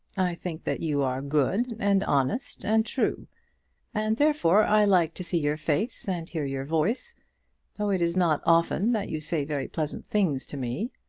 think that you are good, and honest, and true and therefore i like to see your face and hear your voice though it is not often that you say very pleasant things to me.